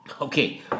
Okay